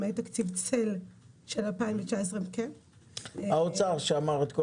למעט תקציב של 2019. האוצר שמר את כל